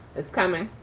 it's coming.